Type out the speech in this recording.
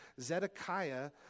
Zedekiah